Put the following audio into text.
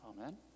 Amen